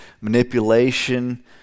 manipulation